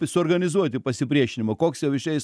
suorganizuoti pasipriešinimą koks jau išeis